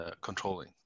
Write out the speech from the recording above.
controlling